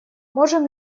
можем